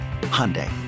hyundai